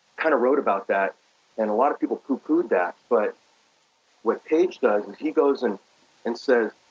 kind of wrote about that and a lot of people poo-pooed that, but what page does he goes and and says,